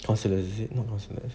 counsellors is it not counsellors